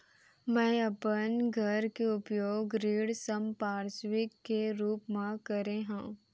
मै अपन घर के उपयोग ऋण संपार्श्विक के रूप मा करे हव